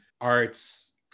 arts